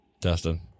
Dustin